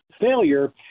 failure